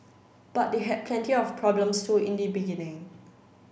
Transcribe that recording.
but they had plenty of problems too in the beginning